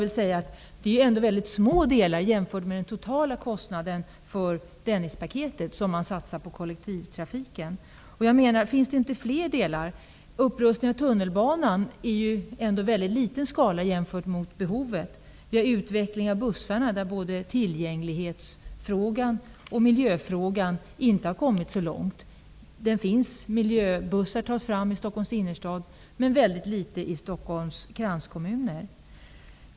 Det är ändå väldigt små delar som satsas på kollektivtrafiken jämfört med den totala kostnaden för Dennispaketet. Finns det inte fler delar? Upprustningen av tunnelbanan sker ändå i väldigt liten skala jämfört med behovet. Vid utvecklingen av bussarna har man i tillgänglighetsfrågan och miljöfrågan inte kommit så långt. Miljöbussar tas fram i Stockholms innerstad, men i väldigt liten utsträckning i Stockholms kranskommuner.